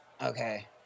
Okay